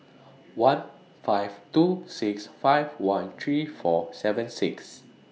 one five two six five one three four seven six